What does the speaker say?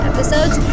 episodes